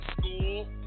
school